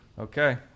okay